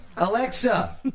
Alexa